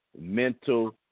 mental